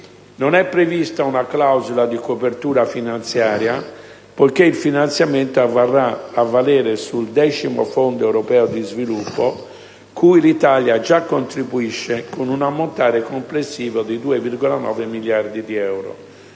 non è prevista una clausola di copertura finanziaria poiché il finanziamento avverrà a valere sul X Fondo europeo di sviluppo, cui l'Italia già contribuisce con un ammontare complessivo di 2.916 milioni di euro.